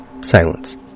silence